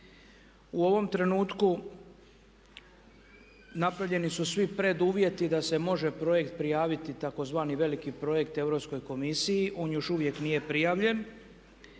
U ovom trenutku napravljeni su svi preduvjeti da se može projekt prijaviti, tzv. veliki projekt Europskoj komisiji. On još uvijek nije prijavljen.